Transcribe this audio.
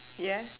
yeah